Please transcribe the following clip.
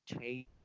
change